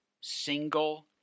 single